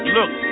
Look